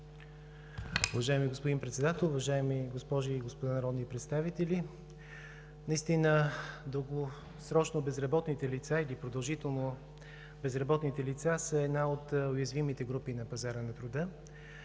Уважаеми господин Председател, уважаеми госпожи и господа народни представители! Наистина дългосрочно безработните лица или продължително безработните лица са една от уязвимите групи на пазара на труда,